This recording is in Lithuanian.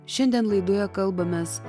šiandien laidoje kalbamės